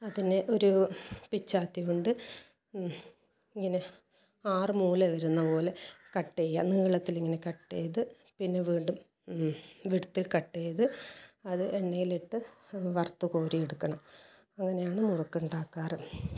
അതിനെ ഒരു പിച്ചാത്തി കൊണ്ട് ഇങ്ങനെ ആറു മൂല വരുന്ന പോലെ കട്ട് ചെയ്യുക നീളത്തിലിങ്ങനെ കട്ട് ചെയ്ത് പിന്നെ വീണ്ടും വിഡ്ത്തിൽ കട്ട് ചെയ്ത് അത് എണ്ണയിലിട്ട് വറുത്ത് കോരിയെടുക്കണം അങ്ങനെയാണ് മുറുക്ക് ഉണ്ടാക്കാറ്